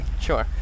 sure